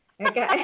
Okay